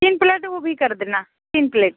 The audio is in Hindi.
तीन प्लेट वो भी कर देना तीन प्लेट